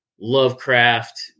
Lovecraft